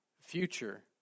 Future